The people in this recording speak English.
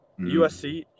USC